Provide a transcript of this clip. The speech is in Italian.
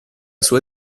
sua